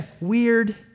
weird